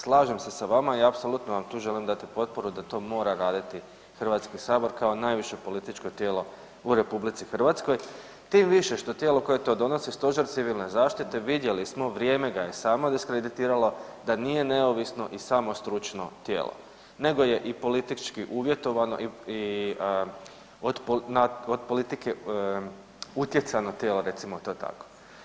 Slažem se sa vama i apsolutno tu želim dati potporu da to mora raditi HS kao najviše političko tijelo u RH, tim više što tijelo koje to donosi Stožer civilne zaštite vidjeli smo vrijeme ga je samo diskreditiralo da nije neovisno i samo stručno tijelo nego je i politički uvjetovano i od politike utjecano tijelo recimo to tako.